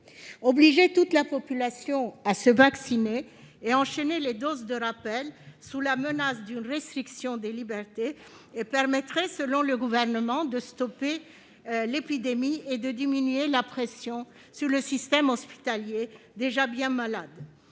obliger toute la population à se vacciner et enchaîner les doses de rappel sous la menace d'une restriction des libertés permettrait de stopper l'épidémie et de diminuer la pression sur le système hospitalier, déjà bien malade.